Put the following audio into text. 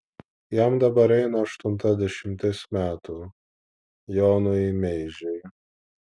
jam dabar eina aštunta dešimtis metų jonui meižiui